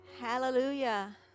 hallelujah